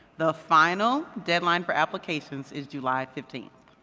the final deadline for applications is july fifteenth.